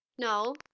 No